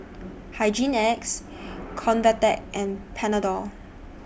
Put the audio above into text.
Hygin X Convatec and Panadol